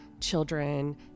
children